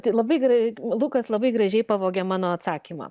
tai labai gerai lukas labai gražiai pavogė mano atsakymą